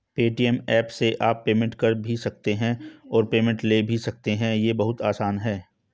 Paytm app से आप payment कर भी सकते हो और पेमेंट ले भी सकते हो, ये बहुत आसान है